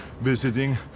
visiting